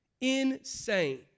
Insane